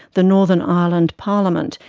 the northern ireland parliament,